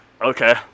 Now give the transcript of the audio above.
okay